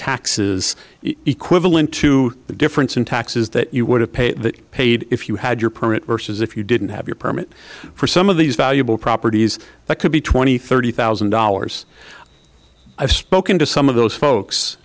taxes equivalent to the difference in taxes that you would have paid paid if you had your permit versus if you didn't have your permit for some of these valuable properties that could be twenty thirty thousand dollars i've spoken to some of those folks